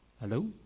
Hello